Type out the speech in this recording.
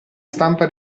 stampa